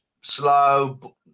Slow